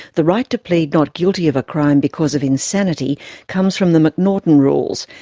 the right to plead not guilty of a crime because of insanity comes from the m'naghten rules,